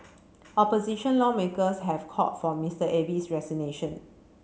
opposition lawmakers have called for Mister Abe's resignation